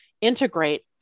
integrate